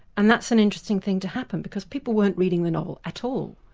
and that's an interesting thing to happen, because people weren't reading the novel at all.